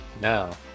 no